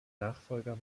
nachfolger